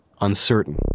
uncertain